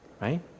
Right